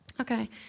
Okay